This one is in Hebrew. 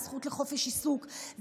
הזכות לחופש עיסוק,